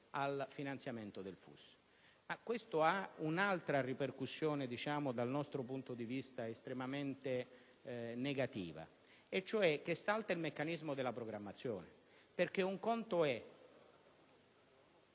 al finanziamento del FUS. Questo però ha un'altra ripercussione, dal nostro punto di vista estremamente negativa, cioè salta il meccanismo della programmazione. Un conto